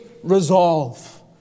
resolve